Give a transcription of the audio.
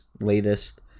latest